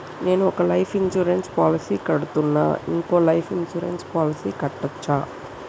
నేను ఒక life insurance policy కడ్తున్నా, ఇంకో లైఫ్ ఇన్సూరెన్స్ పాలసీ కట్టొచ్చా?